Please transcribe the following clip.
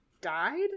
died